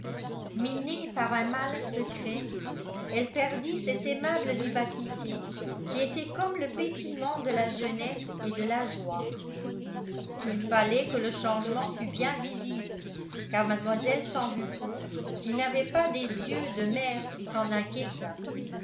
minée par un mal secret elle perdit cette aimable vivacité qui était comme le pétillement de la jeunesse et de la joie il fallait que le changement fût bien visible car mlle sambucco qui n'avait pas des yeux de mère s'en inquiéta